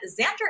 Xander